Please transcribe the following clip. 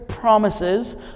promises